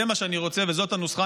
זה מה שאני רוצה וזאת הנוסחה,